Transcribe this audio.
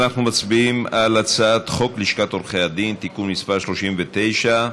אנחנו מצביעים על הצעת חוק לשכת עורכי הדין (תיקון מס' 39),